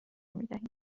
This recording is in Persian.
میدهیم